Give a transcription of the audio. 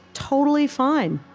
totally fine.